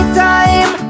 time